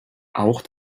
auch